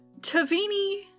Tavini